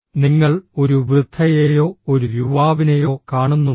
നിങ്ങൾ ഒരു വൃദ്ധയെയോ ഒരു യുവാവിനെയോ കാണുന്നുണ്ടോ